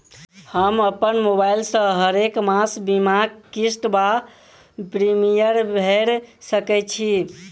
हम अप्पन मोबाइल सँ हरेक मास बीमाक किस्त वा प्रिमियम भैर सकैत छी?